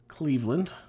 Cleveland